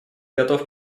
готов